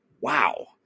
Wow